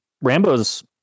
Rambo's